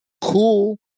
Cool